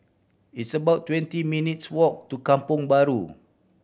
it's about twenty minutes' walk to Kampong Bahru